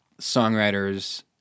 songwriters